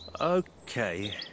Okay